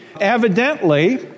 Evidently